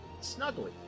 snuggly